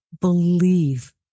believe